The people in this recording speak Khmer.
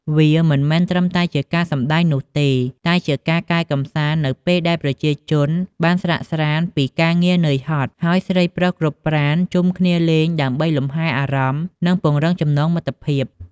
វាមិនមែនត្រឹមតែជាការសម្តែងនោះទេ តែជាការកែកម្សាន្តនៅពេលដែលប្រជាជនបានស្រាកស្រាន្តពីការងារហត់នឿយ ហើយស្រីប្រុសគ្រប់ប្រាណជុំគ្នាលេងដើម្បីលំហែអារម្មណ៍ និងពង្រឹងចំណងសាមគ្គីភាព។